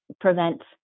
prevents